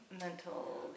mental